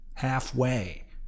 halfway